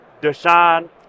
Deshaun